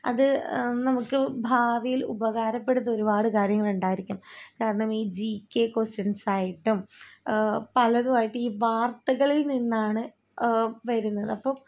അതു നമുക്ക് ഭാവിയിൽ ഉപകാരപ്പെടുന്ന ഒരുപാട് കാര്യങ്ങളുണ്ടായിരിക്കും കാരണം ഈ ജി കേ കൊസ്റ്റൻസായിട്ടും പലതായിട്ടും ഈ വാർത്തകളിൽ നിന്നാണ് വരുന്നത് അപ്പോൾ